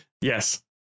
yes